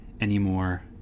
anymore